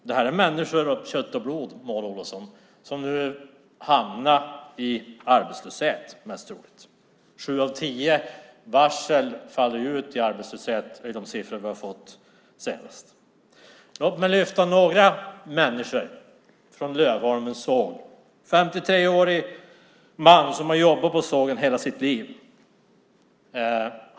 Det här är människor av kött och blod, Maud Olofsson, som nu hamnar i arbetslöshet mest troligt. Sju av tio varsel faller ut i arbetslöshet. Det är de siffror vi har fått senast. Låt mig lyfta fram några människor från Lövholmens såg. En 53-årig man har jobbat på sågen i hela sitt liv.